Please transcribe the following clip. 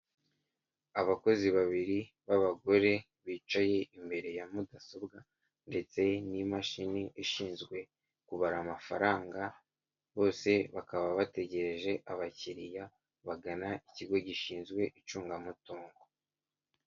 Abakozi babiri b'abagore bicaye imbere ya mudasobwa ndetse n'imashini ishinzwe kubara amafaranga bose bakaba bategereje abakiriya bagana ikigo gishinzwe icungamutungo.